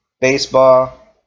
Baseball